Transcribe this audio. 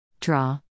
Draw